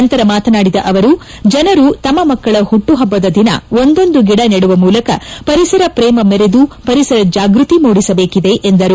ನಂತರ ಮಾತನಾಡಿದ ಅವರು ಜನರು ತಮ್ಮ ಮಕ್ಕಳ ಹುಟ್ಲುಹಬ್ಲದ ದಿನ ಒಂದೊಂದು ಗಿಡ ನೆಡುವ ಮೂಲಕ ಪರಿಸರ ಪ್ರೇಮ ಮೆರೆದು ಪರಿಸರ ಜಾಗೃತಿ ಮೂಡಿಸಬೇಕಿದೆ ಎಂದರು